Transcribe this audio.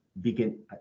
begin